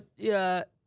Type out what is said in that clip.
yeah,